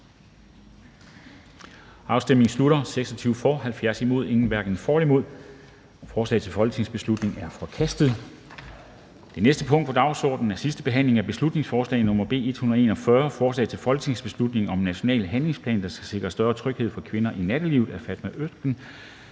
hverken for eller imod stemte 0. Forslaget til folketingsbeslutning er forkastet. --- Det næste punkt på dagsordenen er: 43) 2. (sidste) behandling af beslutningsforslag nr. B 141: Forslag til folketingsbeslutning om en national handlingsplan, der skal sikre større tryghed for kvinder i nattelivet. Af Fatma Øktem